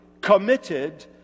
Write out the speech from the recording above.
committed